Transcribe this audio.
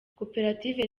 koperative